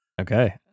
Okay